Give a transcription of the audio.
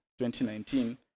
2019